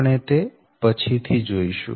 આપણે તે પછીથી જોઈશું